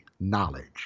knowledge